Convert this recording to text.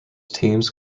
teams